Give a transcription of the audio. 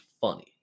funny